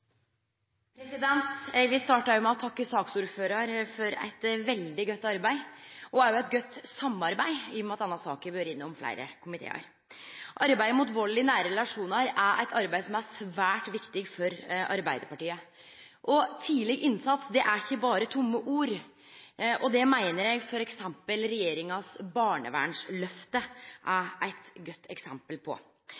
Eg vil starte med å takke saksordføraren for eit veldig godt arbeid, og òg eit godt samarbeid, i og med at denne saka har vore innom fleire komitear. Arbeidet mot vold i nære relasjonar er eit arbeid som er svært viktig for Arbeidarpartiet, og tidleg innsats er ikkje berre tomme ord. Det meiner eg f.eks. regjeringa sitt barnevernsløfte er